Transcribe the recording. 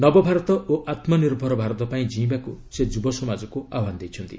ନବଭାରତ ଓ ଆତ୍ମନିର୍ଭର ଭାରତ ପାଇଁ ଜୀଇଁବାକୁ ସେ ଯୁବ ସମାଜକୁ ଆହ୍ପାନ ଦେଇଛନ୍ତି